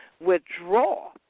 withdraw